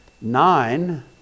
nine